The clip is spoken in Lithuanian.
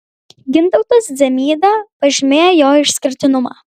gintautas dzemyda pažymėjo jo išskirtinumą